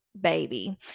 baby